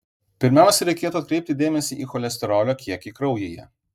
pirmiausiai reikėtų atkreipti dėmesį į cholesterolio kiekį kraujyje